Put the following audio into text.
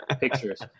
pictures